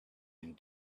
and